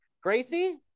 Gracie